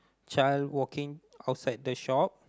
child walking outside the shop